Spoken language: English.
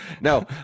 No